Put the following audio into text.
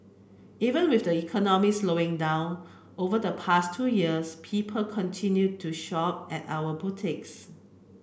even with the economy slowing down over the past two years people continued to shop at our boutiques